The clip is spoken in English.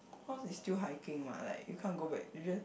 cause it's still hiking [what] like you can't go back you just